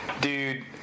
dude